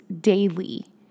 daily